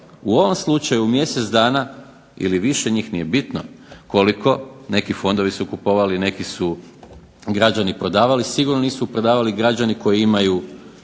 u ovom slučaju u mjesec dana ili više njih, nije bitno koliko, neki fondovi su kupovali, neki su građani prodavali, sigurno nisu prodavali građani koji imaju